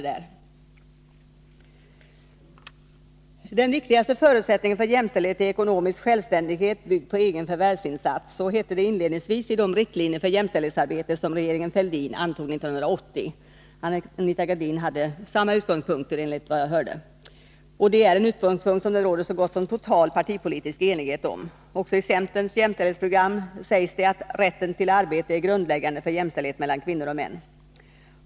”Den viktigaste förutsättningen för jämställdhet är ekonomisk självständighet byggd på egen förvärvsinsats”, hette det inledningsvis i de riktlinjer för jämställdhetsarbetet som regeringen Fälldin antog 1980. Anita Gradin hade enligt vad jag hörde samma utgångspunkt. Det är också en utgångspunkt som det råder så gott som total partipolitisk enighet om. Också i centerns jämställdhetsprogram sägs det att rätten till arbete är grundläggande för jämställdhet mellan kvinnor och män.